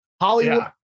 Hollywood